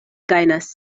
gajnas